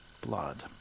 blood